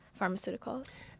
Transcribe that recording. pharmaceuticals